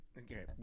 Okay